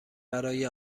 برای